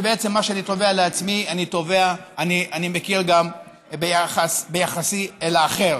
שבעצם במה שאני תובע לעצמי אני מכיר גם ביחסי אל האחר.